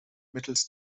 mittels